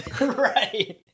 Right